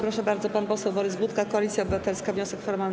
Proszę bardzo, pan poseł Borys Budka, Koalicja Obywatelska, wniosek formalny.